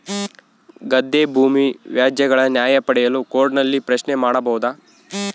ಗದ್ದೆ ಭೂಮಿ ವ್ಯಾಜ್ಯಗಳ ನ್ಯಾಯ ಪಡೆಯಲು ಕೋರ್ಟ್ ನಲ್ಲಿ ಪ್ರಶ್ನೆ ಮಾಡಬಹುದಾ?